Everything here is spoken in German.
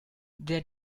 der